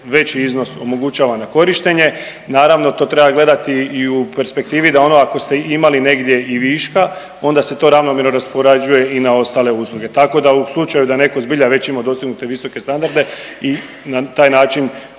veći iznos omogućava na korištenje, naravno to treba gledati i u perspektivi da ono ako ste imali negdje i viška onda se to ravnomjerno raspoređuje i na ostale usluge, tako da u slučaju da je neko zbilja već imao dostignute visoke standarde i na taj način